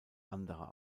anderer